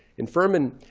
in furman.